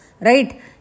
Right